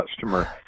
customer